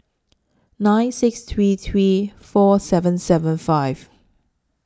nine six three three four seven seven five